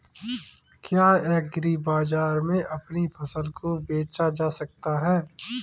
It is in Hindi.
क्या एग्रीबाजार में अपनी फसल को बेचा जा सकता है?